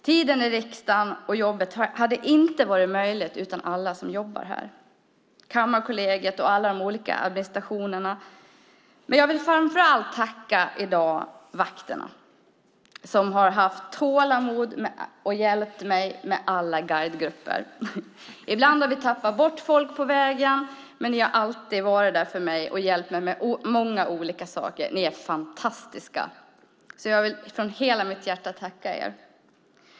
Tiden i riksdagen hade inte varit möjlig utan alla som jobbar här, kammarkansliet och alla de olika administrativa avdelningarna. Framför allt vill jag i dag tacka vakterna som haft stort tålamod och hjälpt mig med alla guidegrupper. Ibland har vi tappat bort folk på vägen, men ni har alltid varit där och hjälpt mig med många olika saker. Ni är fantastiska, och jag vill av hela mitt hjärta tacka er.